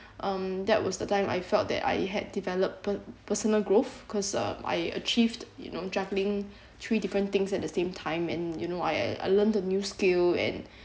um that was the time I felt that I had developed pe~ personal growth because uh I achieved you know juggling three different things at the same time and you know I I learnt a new skill and